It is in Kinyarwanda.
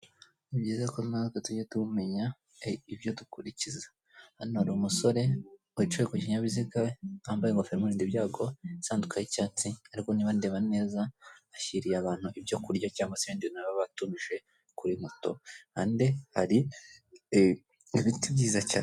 Ni byiza ko natwe tujya tumenya ibyo dukurikiza, hano hari umusore wicaye ku kinyabiziga, yambaye ingofero imurinda ibyago, isanduka y'icyatsi, ariko niba ndeba neza, ashyiriye abantu ibyo kurya cyangwa se ibindi bintu baba batumije kuri moto, ande hari ibiti byiza cyane.